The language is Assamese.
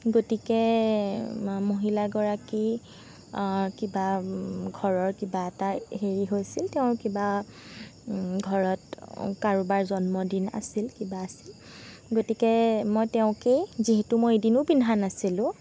গতিকে মহিলা গৰাকীৰ কিবা ঘৰৰ কিবা এটা হেৰি হৈছিল তেওঁৰ কিবা ঘৰত কাৰোবাৰ জন্মদিন আছিল কিবা আছিল গতিকে মই তেওঁকেই যিহেতু মই এদিনো পিন্ধা নাছিলোঁ